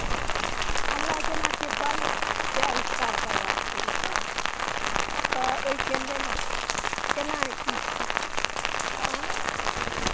हमरा जेनाकि बल्बके आविष्कार करबाक अछि तऽ ओहिके लेल केना की छै आँय